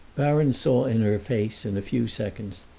baron saw in her face, in a few seconds,